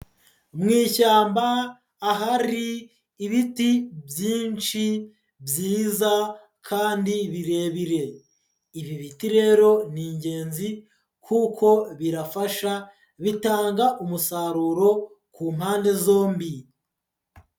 Mu ishyamba ahari ibiti byinshi byiza kandi birebire, ibi biti rero ni ingenzi kuko birafasha bitanga umusaruro ku mpande zombi.